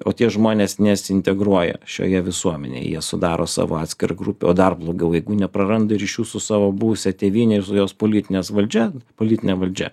o tie žmonės nesiintegruoja šioje visuomenėj jie sudaro savo atskirą grupę o dar blogiau jeigu nepraranda ryšių su savo buvusia tėvyne ir jos politinės valdžia politine valdžia